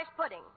pudding